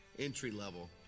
entry-level